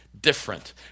different